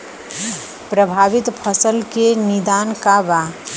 प्रभावित फसल के निदान का बा?